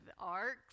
arcs